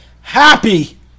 happy